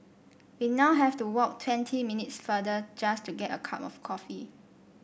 we now have to walk twenty minutes farther just to get a cup of coffee